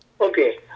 Okay